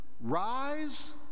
Rise